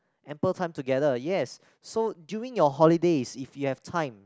ample time together yes so during your holidays if you have time